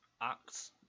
acts